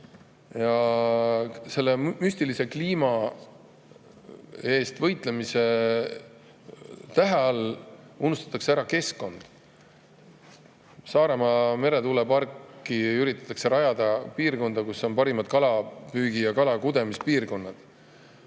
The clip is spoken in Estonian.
Ja selle müstilise kliima eest võitlemise tähe all unustatakse ära keskkond. Saaremaa meretuuleparki üritatakse rajada [alale], kus on parimad kalapüügi [piirkonnad]